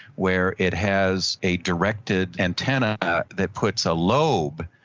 where it has a directed antenna that puts a lobe,